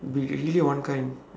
it would be really one kind